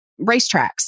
racetracks